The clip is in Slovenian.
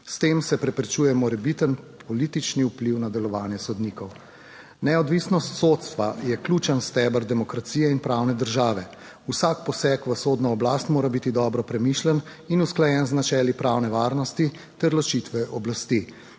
S tem se preprečuje morebiten politični vpliv na delovanje sodnikov. Neodvisnost sodstva je ključen steber demokracije in pravne države. Vsak poseg v sodno oblast mora biti dobro premišljen in usklajen z načeli pravne varnosti ter ločitve oblasti.